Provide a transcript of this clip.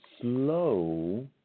slow